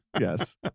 Yes